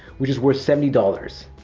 which is worth seventy dollars.